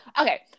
okay